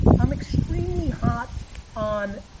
i'm extremely hot on.